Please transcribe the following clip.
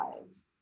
lives